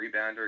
rebounder